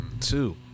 Two